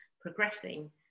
progressing